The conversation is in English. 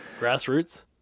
grassroots